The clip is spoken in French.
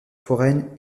foraines